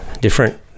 different